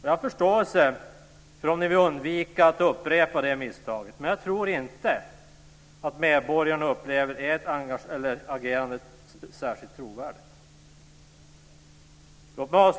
Jag har förståelse för om ni vill undvika att upprepa det misstaget, men jag tror inte att medborgarna upplever ert agerande som särskilt trovärdigt. Fru talman!